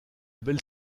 belle